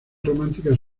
románticas